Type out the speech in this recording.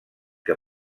que